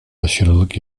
aşırılık